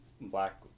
Black